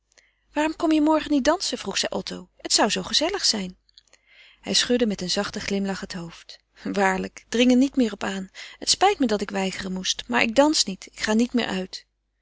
waarom kom je morgen niet dansen vroeg zij otto het zou zoo gezellig zijn hij schudde met een zachten glimlach het hoofd waarlijk dring er niet meer op aan het spijt me dat ik weigeren moest maar ik dans niet ik ga niet meer uit